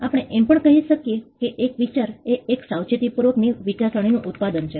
આપણે એમ પણ કહી શકીએ કે એક વિચાર એ એક સાવચેતીપૂર્વકની વિચારસરણીનું ઉત્પાદન છે